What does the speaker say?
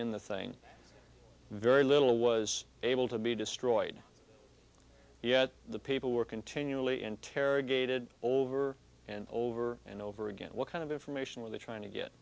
in the thing very little was able to be destroyed yet the people were continually interrogated over and over and over again what kind of information with trying to get